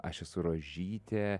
aš esu rožytė